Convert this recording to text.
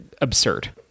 Absurd